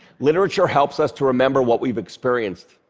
literature helps us to remember what we've experienced.